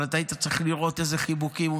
אבל היית צריך לראות איזה חיבוקים הוא